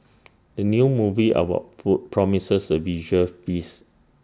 the new movie about food promises A visual feast